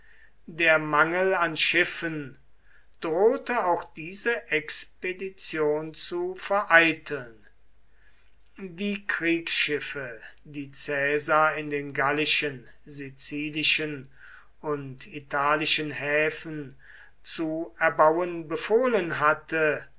der mangel an schiffen drohte auch diese expedition zu vereiteln die kriegsschiffe die caesar in den gallischen sizilischen und italischen häfen zu erbauen befohlen hatte